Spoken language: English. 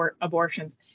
abortions